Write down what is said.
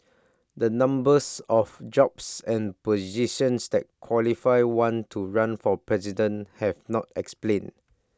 the numbers of jobs and positions that qualify one to run for president have not explained